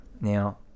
Now